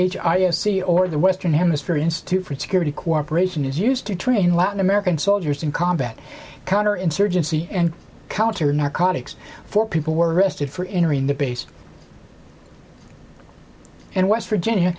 c or the western hemisphere institute for security cooperation is used to train latin american soldiers in combat counter insurgency and counter narcotics four people were arrested for entering the base and west virginia